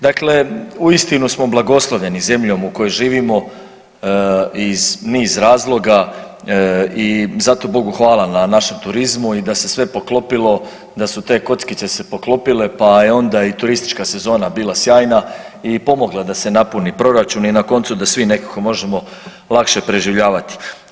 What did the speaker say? Dakle, uistinu smo blagoslovljeni zemljom u kojoj živimo iz niz razloga i zato Bogu hvala na našem turizmu i da se sve poklopile, da su te kockice se poklopile pa je onda i turistička sezona bila sjajna i pomogla da se napuni proračun i na koncu da svi nekako možemo lakše preživljavati.